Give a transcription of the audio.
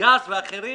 גז ואחרים,